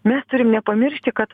mes turim nepamiršti kad